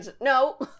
No